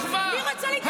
מי רוצה להתאחד איתך כבר?